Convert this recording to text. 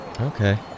Okay